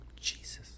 Jesus